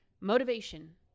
motivation